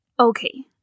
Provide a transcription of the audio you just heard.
Okay